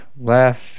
left